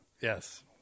yes